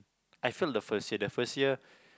I failed the first year the first year